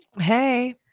Hey